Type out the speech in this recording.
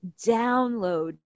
download